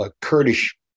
Kurdish